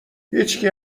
هیچکی